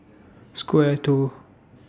Square two